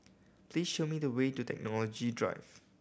please show me the way to Technology Drive